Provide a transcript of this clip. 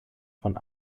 von